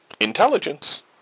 Intelligence